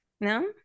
No